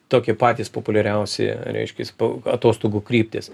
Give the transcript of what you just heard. tokie patys populiariausi reiškias po atostogų kryptys